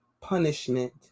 punishment